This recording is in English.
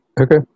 okay